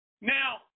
Now